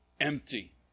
empty